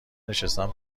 نشستن